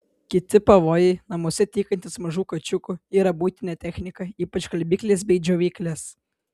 kiti pavojai namuose tykantys mažų kačiukų yra buitinė technika ypač skalbyklės bei džiovyklės